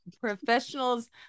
professionals